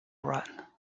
run